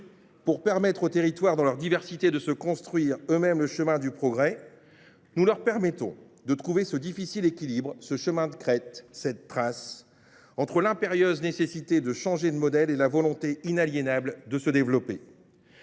Pour aider les territoires dans leur diversité à construire eux mêmes le chemin du progrès, nous leur permettons de trouver ce difficile équilibre, ce chemin de crête, cette « trace » entre l’impérieuse nécessité de changer de modèle et la volonté inaliénable de se développer.